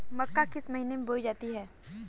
मक्का किस महीने में बोई जाती है?